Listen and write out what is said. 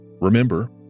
remember